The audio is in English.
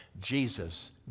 Jesus